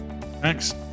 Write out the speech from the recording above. thanks